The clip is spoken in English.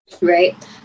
right